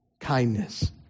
kindness